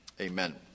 Amen